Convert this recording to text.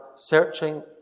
searching